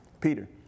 Peter